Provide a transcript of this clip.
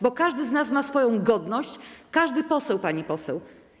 bo każdy z nas ma swoją godność, każdy poseł, pani poseł.